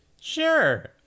Sure